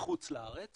בחוץ לארץ